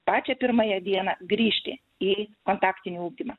pačią pirmąją dieną grįžti į kontaktinį ugdymą